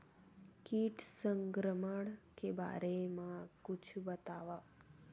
कीट संक्रमण के बारे म कुछु बतावव?